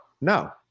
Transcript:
no